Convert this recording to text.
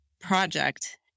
project